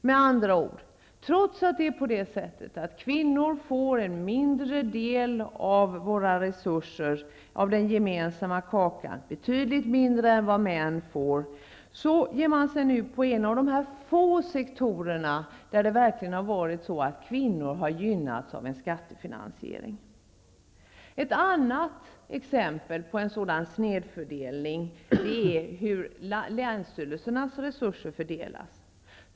Med andra ord: Trots att kvinnor får en mindre del av den gemensamma kakan, betydligt mindre än vad män får, ger man sig nu på en av de få sektorer där en skattefinansiering verkligen kan sägas ha gynnat kvinnorna. Ett annat exempel på en sådan snedfördelning är hur länsstyrelsernas resurser fördelas.